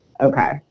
Okay